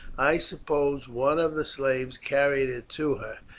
i suppose one of the slaves carried it to her.